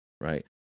right